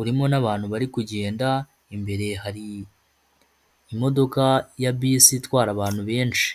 urimo n'abantu bari kugenda imbere hari imodoka ya bisi itwara abantu benshi.